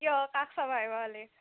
কিয় কাক চাব আহিব হ'লে